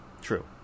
True